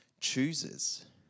chooses